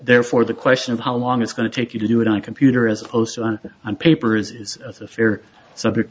therefore the question of how long it's going to take you to do it on a computer as opposed to an on paper is a fair subject